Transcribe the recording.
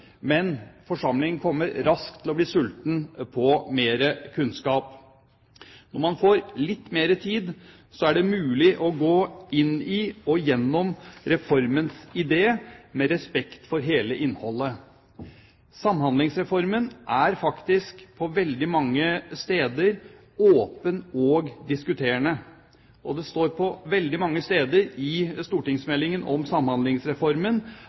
men forsamlingen kommer raskt til å bli sulten på mer kunnskap. Når man får litt mer tid, er det mulig å gå inn i og gjennom reformens idé med respekt for hele innholdet. Samhandlingsreformen er faktisk på veldig mange steder åpen og diskuterende. Det står veldig mange steder i stortingsmeldingen om Samhandlingsreformen